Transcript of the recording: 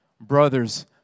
brothers